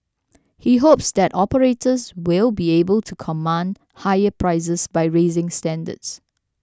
he hopes that operators will be able to command higher prices by raising standards